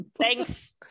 Thanks